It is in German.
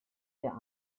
der